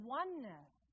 oneness